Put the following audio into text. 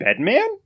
Bedman